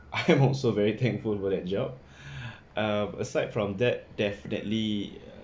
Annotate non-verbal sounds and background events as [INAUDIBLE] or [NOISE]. [LAUGHS] I am also very thankful for that job uh aside from that definitely